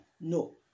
No